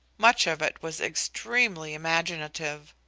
much of it was extremely imaginative.